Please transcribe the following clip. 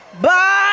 Bye